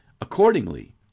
accordingly